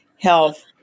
health